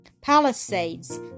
palisades